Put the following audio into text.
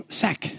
sack